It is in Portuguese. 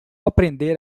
aprender